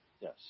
Yes